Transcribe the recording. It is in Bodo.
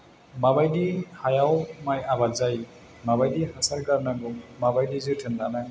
माबायदि हायाव माय आबाद जायो माबायदि हासार गारनांगौ माबायदि जोथोन लानांगौ